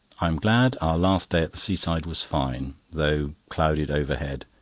i am glad our last day at the seaside was fine, though clouded overhead.